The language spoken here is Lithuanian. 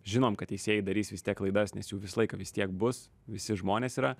žinom kad teisėjai darys vis tiek klaidas nes jų visą laiką vis tiek bus visi žmonės yra